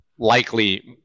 likely